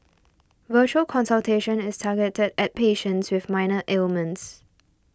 virtual consultation is targeted at patients with minor ailments